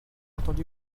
attendu